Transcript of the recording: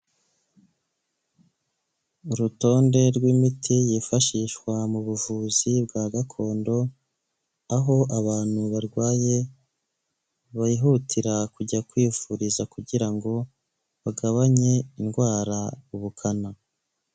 Urutonde rw'imiti yifashishwa mu buvuzi bwa gakondo aho abantu barwaye bihutira kujya kwivuriza kugira ngo bagabanye indwara ubukana.